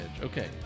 Okay